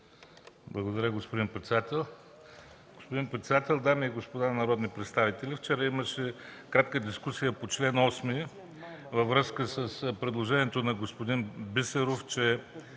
Благодаря, господин председател. Господин председател, дами и господа народни представители! Вчера имаше кратка дискусия по чл. 8 във връзка с предложението на господин Бисеров, че